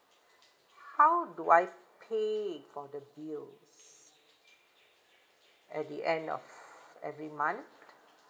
how do I pay for the bills at the end of every month